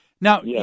Now